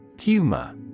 Humor